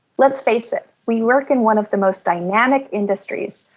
let's face it, we work in one of the most dynamic industries.